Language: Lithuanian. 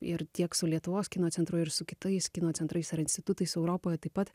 ir tiek su lietuvos kino centru ir su kitais kino centrais ar institutais europoje taip pat